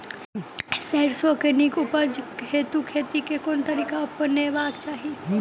सैरसो केँ नीक उपज हेतु खेती केँ केँ तरीका अपनेबाक चाहि?